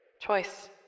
Choice